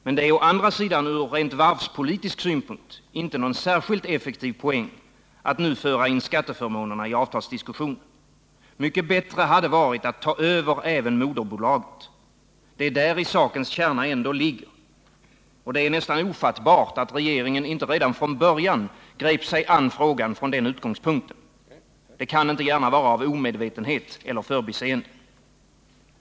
Men det är å andra sidan från varvspolitisk synpunkt inte någon särskilt effektiv poäng att nu föra in skatteförmånerna i avtalsdiskussionen. Mycket bättre hade det varit att ta över även moderbolaget. Det är däri sakens kärna ändå ligger. Det är nästan ofattbart att regeringen inte redan från början grep sig an frågan från den utgångspunkten. Det kan inte gärna vara av omedvetenhet eller av förbiseende.